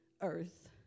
earth